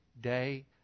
day